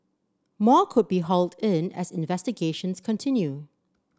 more could be hauled in as investigations continue